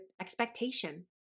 expectation